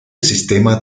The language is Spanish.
sistema